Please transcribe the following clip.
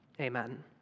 Amen